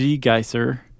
geyser